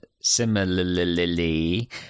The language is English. similarly